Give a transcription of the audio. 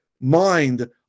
mind